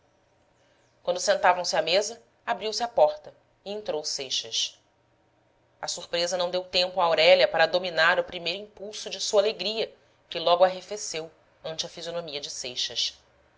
repartição quando sentavam-se à mesa abriu-se a porta e entrou seixas a surpresa não deu tempo a aurélia para dominar o primeiro impulso de sua alegria que logo arrefeceu ante a fisionomia de seixas